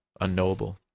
unknowable